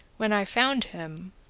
when i found him,